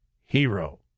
hero